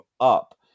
up